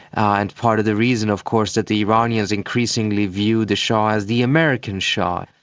and part of the reason, of course, that the iranians increasingly view the shah as the american shah.